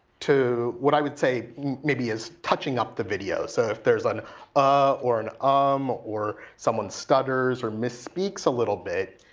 what i would say maybe is touching up the video. so if there is an ah or an um or someone stutters or misspeak so a little bit.